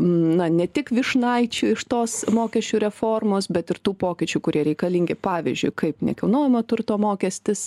na ne tik vyšnaičių iš tos mokesčių reformos bet ir tų pokyčių kurie reikalingi pavyzdžiui kaip nekilnojamo turto mokestis